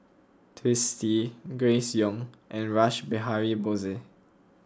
Twisstii Grace Young and Rash Behari Bose